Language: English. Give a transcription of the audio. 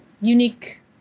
unique